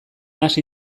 hasi